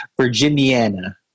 virginiana